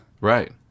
Right